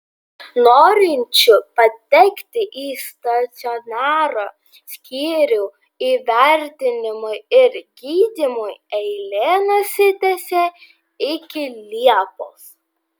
norinčių patekti į stacionaro skyrių įvertinimui ir gydymui eilė nusitęsė iki liepos